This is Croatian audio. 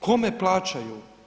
Kome plaćaju?